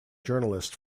journalist